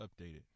updated